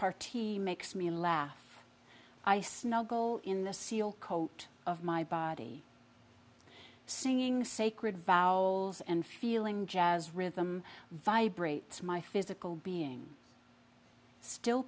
repartee makes me laugh i snuggle in the seal coat of my body singing sacred vow and feeling jazz rhythm vibrates my physical being still